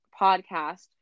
podcast